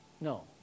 No